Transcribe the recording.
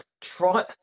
try